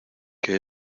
que